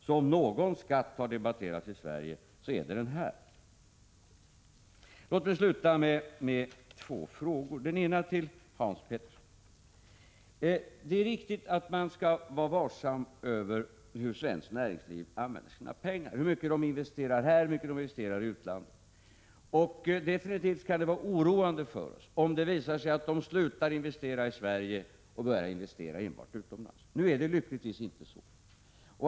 Så om någon skatt i Sverige har debatterats, så är det den här. Låt mig få avsluta med två frågor. Den ena vill jag ställa till Hans Petersson i Hallstahammar. Det är riktigt att man skall vara vaksam på hur svenskt näringsliv använder sina pengar: hur mycket som investeras här och hur mycket som investeras i utlandet. Och vi skall definitivt bli oroade om det visar sig att industrin slutar att investera i Sverige och börjar att enbart investera utomlands. Nu är det lyckligtvis inte så.